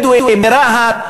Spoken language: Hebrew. בדואי מרהט.